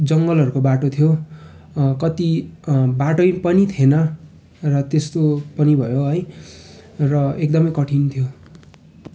जङ्गलहरूको बाटो थियो अँ कति अँ बाटो पनि थिएन र त्यस्तो पनि भयो है र एकदमै कठिन थियो